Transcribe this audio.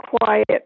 quiet